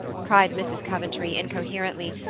cried mrs. coventry incoherently,